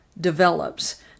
develops